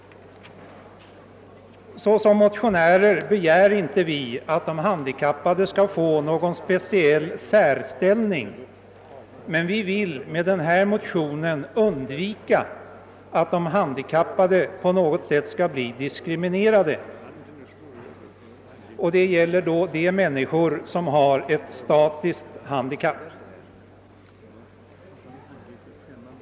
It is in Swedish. Vi motionärer begär inte att de handikappade skall få någon särställning, men vi vill undvika att de på något sätt skall bli diskriminerade. Det gäller här människor som har ett statiskt handikapp.